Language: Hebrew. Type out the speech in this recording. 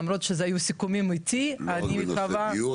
למרות שהסיכומים האלה היו איתי אני מקווה --- לא רק בנושא הדיור,